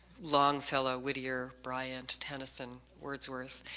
longfellow, whittier, bryant, tennyson, wordsworth,